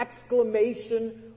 exclamation